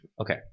Okay